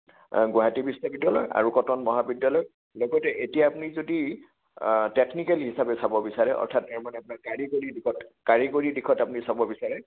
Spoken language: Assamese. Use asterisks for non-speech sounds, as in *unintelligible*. গুৱাহাটী বিশ্ববিদ্যালয় আৰু কটন মহাবিদ্যালয় লগতে এতিয়া আপুনি যদি টেকনিকেল হিচাপে চাব বিচাৰে অৰ্থাৎ *unintelligible* কাৰিকৰী দিশত কাৰিকৰী দিশত আপুনি চাব বিচাৰে